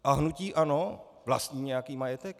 A hnutí ANO vlastní nějaký majetek?